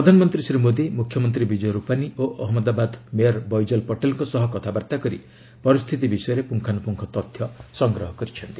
ପ୍ରଧାନମନ୍ତ୍ରୀ ଶ୍ରୀ ମୋଦୀ ମୁଖ୍ୟମନ୍ତ୍ରୀ ବିଜୟ ରୁପାନୀ ଓ ଅହମ୍ମଦାବାଦ ମେୟର ବୈଜଲ ପଟେଲଙ୍କ ସହ କଥାବାର୍ତ୍ତା କରି ପରିସ୍ଥିତି ବିଷୟରେ ପୁଙ୍ଗାନୁପୁଙ୍ଗ ତଥ୍ୟ ସଂଗ୍ରହ କରିଛନ୍ତି